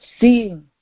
Seeing